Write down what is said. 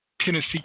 Tennessee